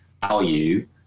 value